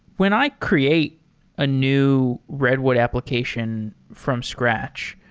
when i create a new redwood application from scratch,